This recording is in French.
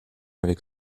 avec